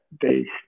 based